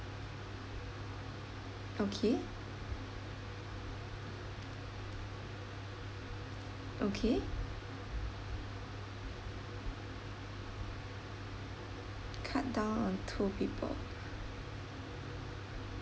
okay okay cut down on two people